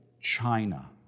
China